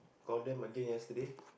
call them again yesterday